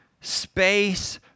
space